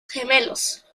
gemelos